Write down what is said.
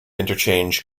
interchange